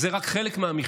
אז זה רק חלק מהמכלול,